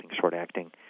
short-acting